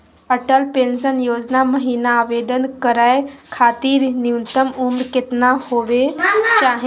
Atal pension Yojana महिना आवेदन करै खातिर न्युनतम उम्र केतना होवे चाही?